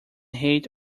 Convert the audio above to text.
hate